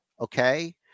okay